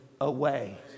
away